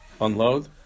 unload